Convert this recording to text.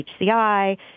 HCI